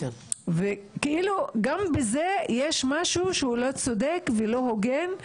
גם בזה יש משהו שהוא לא צודק ולא הוגן,